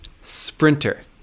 sprinter